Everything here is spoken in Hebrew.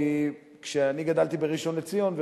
כי כשאני גדלתי בראשון-לציון,